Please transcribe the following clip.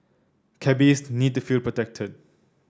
cabbies need to feel protected